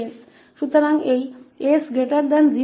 तो इसके लिए 𝑠 0 यह मान्य है